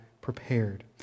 prepared